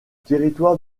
territoire